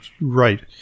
right